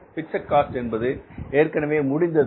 fixed cost என்பது ஏற்கனவே முடிந்தது